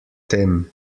tem